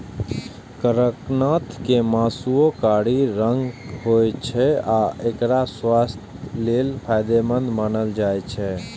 कड़कनाथ के मासुओ कारी रंगक होइ छै आ एकरा स्वास्थ्यक लेल फायदेमंद मानल जाइ छै